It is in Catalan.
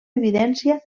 evidència